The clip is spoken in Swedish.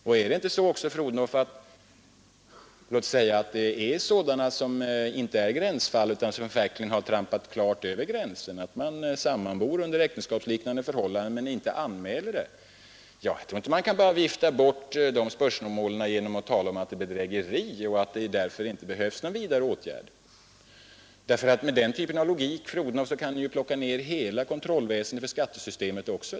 Och låt oss säga att man skulle kunna upptäcka fall som” inte är gränsfall utan där människor verkligen sammanbor under äktenskapsliknande förhållanden utan att anmäla det, kan man då vifta bort de spörsmålen genom att tala om att det är bedrägeri och att några vidare åtgärder därför inte behövs? Med den typen av logik, fru Odhnoff, kan hela kontrollväsendet för skattesystemet också plockas bort.